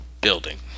building